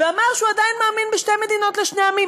ואמר שהוא עדיין מאמין בשתי מדינות לשני עמים,